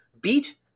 beat